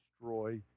destroy